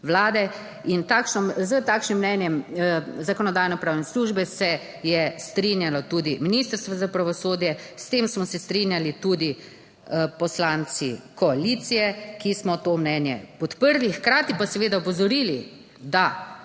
s takšnim mnenjem Zakonodajno-pravne službe se je strinjalo tudi Ministrstvo za pravosodje. S tem smo se strinjali tudi poslanci koalicije, ki smo to mnenje podprli, hkrati pa seveda opozorili, da